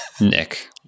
Nick